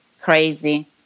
crazy